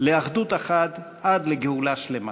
לאחדות אחת עד לגאולה שלמה.